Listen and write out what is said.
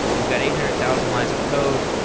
you've got eight hundred thousand lines of code.